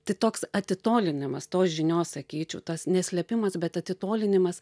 tai toks atitolinimas tos žinios sakyčiau tas ne slėpimas bet atitolinimas